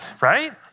right